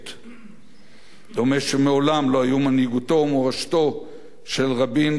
דומה שמעולם לא היו מנהיגותו ומורשתו של רבין חסרות כל כך.